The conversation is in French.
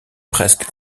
presque